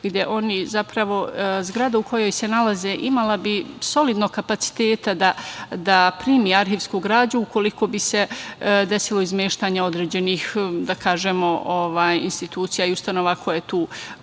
arhiva „Ras“, zgrada u kojoj se nalaze imala bi solidno kapaciteta da primi arhivsku građu ukoliko bi se desilo izmeštanje određenih institucija i ustanova koje tu deluju,